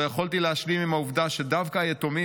לא יכולתי להשלים עם העובדה שדווקא היתומים